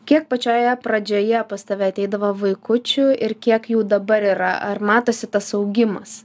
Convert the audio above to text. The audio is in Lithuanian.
kiek pačioje pradžioje pas tave ateidavo vaikučių ir kiek jų dabar yra ar matosi tas augimas